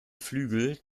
flügel